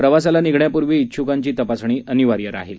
प्रवासाला निघण्यापूर्वी इच्छुकांची तपासणी अनिवार्य राहील